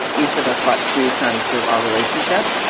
each of us brought two sons to our relationship.